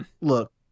look